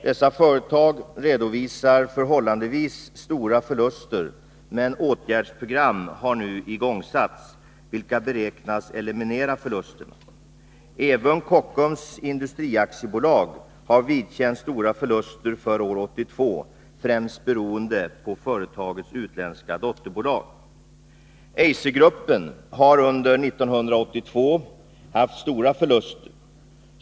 Dessa företag redovisar förhållandevis stora förluster, men åtgärdsprogram har nu börjat genomföras vilka beräknas eliminera förlusterna. Även Kockums Industri AB har vidkänts stora förluster för år 1982, främst beroende på företagets utländska dotterbolag. Eisergruppen har under år 1982 haft stora förluster.